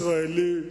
ישראלי,